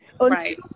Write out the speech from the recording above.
Right